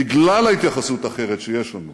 בגלל ההתייחסות האחרת שיש לנו